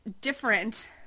different